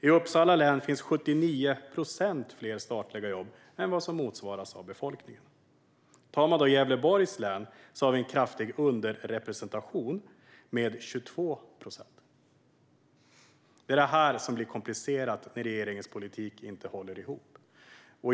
I Uppsala län finns 79 procent fler statliga jobb än vad som motsvaras av befolkningen. I Gävleborgs län har vi en kraftig underrepresentation med 22 procent. Det är detta som blir komplicerat: när regeringens politik inte håller ihop.